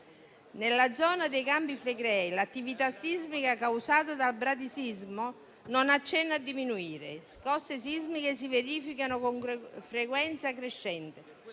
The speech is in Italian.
Nella zona dei Campi Flegrei l'attività sismica causata dal bradisismo non accenna a diminuire. Scosse sismiche si verificano con frequenza crescente,